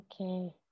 Okay